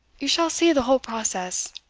you shall see the whole process,